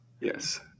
Yes